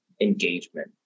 engagement